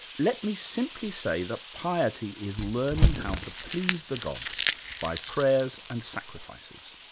let me simply say that piety is learning how to please the gods by prayers and sacrifices.